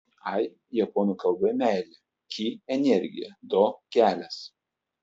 ai japonų kalboje meilė ki energija do kelias